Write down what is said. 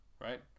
right